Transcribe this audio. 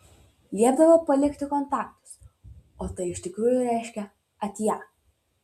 liepdavo palikti kontaktus o tai iš tikrųjų reiškė atia